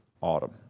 autumn